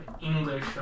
English